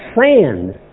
sand